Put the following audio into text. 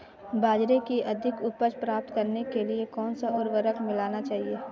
बाजरे की अधिक उपज प्राप्त करने के लिए कौनसा उर्वरक मिलाना चाहिए?